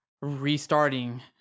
restarting